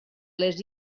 les